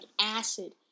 acid